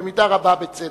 במידה רבה בצדק,